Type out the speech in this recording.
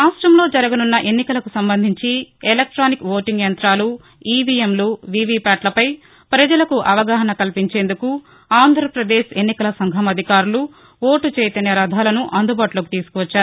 రాష్ట్రంలో జరగనున్న ఎన్నికలకు సంబంధించి ఎలక్ర్టానిక్ ఓటింగ్ యంతాలు ఈవీఎంలు వీవీ ప్యాట్లపై ప్రజలకు అవగాహన కల్పించేందుకు ఆంధ్రపదేశ్ ఎన్నికల సంఘం అధికారులు ఓటు చైతన్య రథాలను అందుబాటులోకి తీసుకువచ్చారు